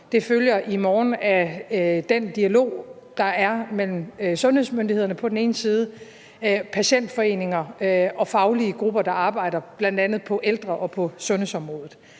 Det følger i morgen af den dialog, der er mellem sundhedsmyndighederne på den ene side og på den anden side patientforeninger og faglige grupper, der arbejder på bl.a. ældre- og sundhedsområdet.